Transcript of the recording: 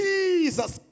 Jesus